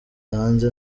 hanze